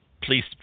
please